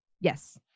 yes